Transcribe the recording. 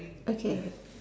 okay